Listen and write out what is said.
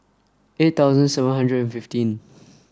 eight thousand seven hundred and fifteen